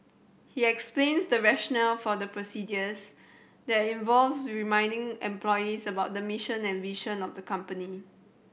he explains the rationale for the procedures that involves reminding employees about the mission and vision of the company